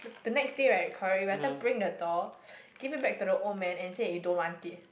the the next day right correct you better bring the doll give it back to the old man and say you don't want it